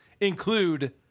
include